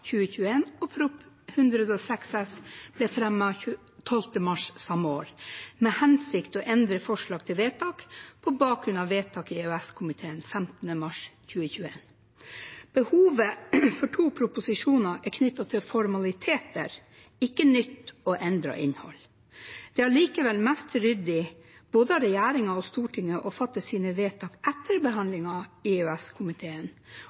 2021, og Prop. 106 S ble fremmet 12. mars samme år, med hensikt å endre forslag til vedtak på bakgrunn av vedtak i EØS-komiteen 15. mars 2021. Behovet for to proposisjoner er knyttet til formaliteter, ikke nytt og endret innhold. Det er allikevel mest ryddig av både regjeringen og Stortinget å fatte sine vedtak etter